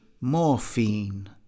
morphine